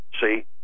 See